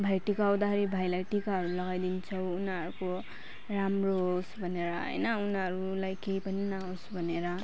भाइटिका आउँदाखेरि भाइलाई टिकाहरू लगाइदिन्छौँ उनीहरूको राम्रो होस् भनेर होइन उनीहरूलाई केही पनि नहोस् भनेर